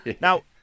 Now